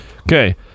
Okay